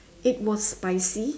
it was spicy